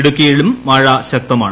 ഇടുക്കിയിലും മഴ ശക്തമാണ്